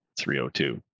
302